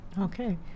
Okay